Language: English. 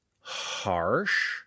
harsh